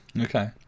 Okay